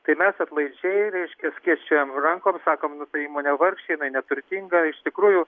tai mes atlaidžiai reiškia skėsčiojam rankom ir sakom nu tai įmonė vargšė jinai neturtinga iš tikrųjų